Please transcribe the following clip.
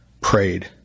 prayed